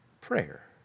prayer